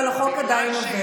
אבל החוק עדיין עובד.